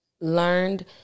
learned